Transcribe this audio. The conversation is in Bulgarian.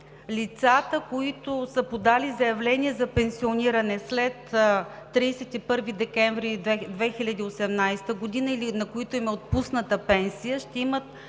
лицата, които са подали заявление за пенсиониране след 31 декември 2018 г. или на които им е отпусната пенсия, ще имат